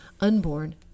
unborn